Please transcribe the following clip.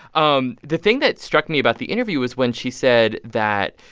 um the thing that struck me about the interview is when she said that,